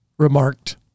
Remarked